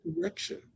direction